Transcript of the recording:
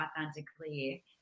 authentically